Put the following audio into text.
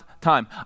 time